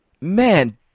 man